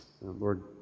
Lord